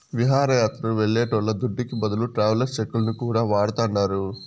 విహారయాత్రలు వెళ్లేటోళ్ల దుడ్డుకి బదులు ట్రావెలర్స్ చెక్కులను కూడా వాడతాండారు